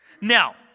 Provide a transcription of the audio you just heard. Now